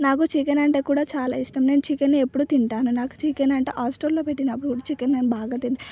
నాకు చికెన్ అంటే కూడా చాలా ఇష్టం నేను చికెన్ని ఎప్పుడు తింటాను నాకు చికెన్ అంటే హాస్టల్లో పెట్టినప్పుడు చికెన్ నేను బాగా తింటాను